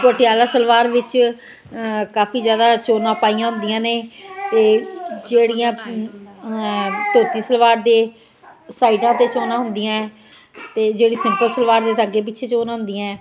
ਪਟਿਆਲਾ ਸਲਵਾਰ ਵਿੱਚ ਕਾਫ਼ੀ ਜ਼ਿਆਦਾ ਚੋਨਾ ਪਾਈਆਂ ਹੁੰਦੀਆਂ ਨੇ ਅਤੇ ਜਿਹੜੀਆਂ ਧੋਤੀ ਸਲਵਾਰ ਦੇ ਸਾਈਡਾਂ 'ਤੇ ਚੋਨਾ ਹੁੰਦੀਆਂ ਅਤੇ ਜਿਹੜੀ ਸਿੰਪਲ ਸਲਵਾਰ ਉਹਦੇ ਤਾਂ ਅੱਗੇ ਪਿੱਛੇ ਚੋਨਾ ਹੁੰਦੀਆਂ